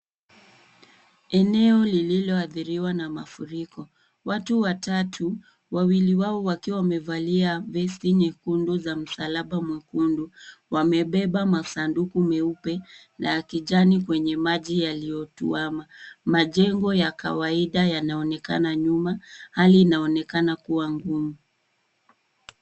Eneo lililoadhiriwa na mafuriko. Watu watatu, wawili wao wakiwa wamevalia vesti nyekundu za msalaba mwekundu, wamebeba masanduku meupe na ya kijani kwenye maji yaliyotuama. Majengo ya kawaida yanaonekana nyuma. Hali inaonekana kuwa ngumu.